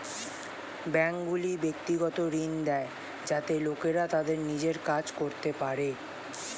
ব্যাঙ্কগুলি ব্যক্তিগত ঋণ দেয় যাতে লোকেরা তাদের নিজের কাজ করতে পারে